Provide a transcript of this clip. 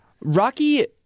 Rocky